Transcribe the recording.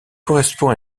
correspond